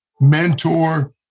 mentor